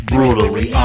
Brutally